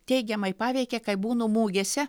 teigiamai paveikė kai būnu mugėse